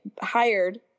hired